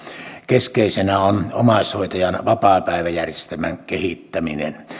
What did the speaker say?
keskeisenä on omaishoitajan vapaapäiväjärjestelmän kehittäminen